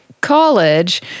college